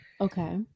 Okay